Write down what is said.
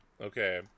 Okay